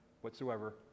whatsoever